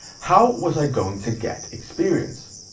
how was i going to get experience?